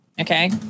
okay